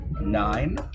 nine